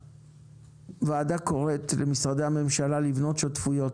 הוועדה קוראת למשרדי הממשלה לבנות שותפויות